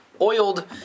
oiled